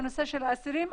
בנושא של האסירים,